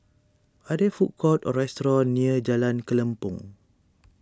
are there food courts or restaurants near Jalan Kelempong